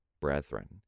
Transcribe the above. brethren